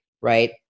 right